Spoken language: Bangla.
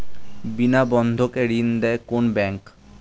বিনা বন্ধকে ঋণ দেয় কোন ব্যাংক?